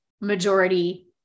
majority